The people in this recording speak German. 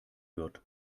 wird